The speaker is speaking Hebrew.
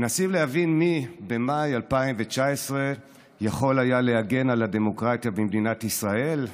מנסים להבין מי במאי 2019 יכול היה להגן על הדמוקרטיה במדינת ישראל,